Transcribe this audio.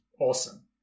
awesome